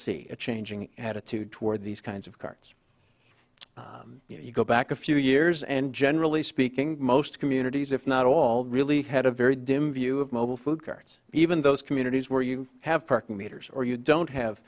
see a changing attitude toward these kinds of carts you go back a few years and generally speaking most communities if not all really had a very dim view of mobile food carts even those communities where you have parking meters or you don't have